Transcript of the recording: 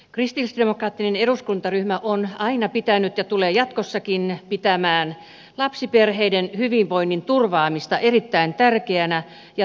kristillisdemokraattinen eduskuntaryhmä on aina pitänyt ja tulee jatkossakin pitämään lapsiperheiden hyvinvoinnin turvaamista erittäin tärkeänä ja tavoiteltavana asiana